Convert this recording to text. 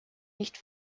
nicht